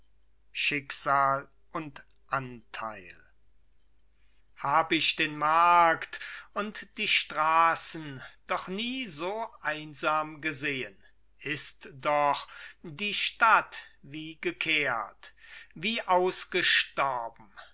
schicksal und anteil hab ich den markt und die straßen doch nie so einsam gesehen ist doch die stadt wie gekehrt wie ausgestorben